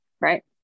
right